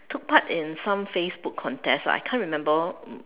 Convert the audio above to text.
took part in some Facebook contest lah I can't remember